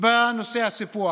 בנושא הסיפוח.